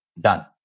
done